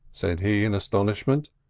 said he in astonishment.